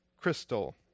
crystal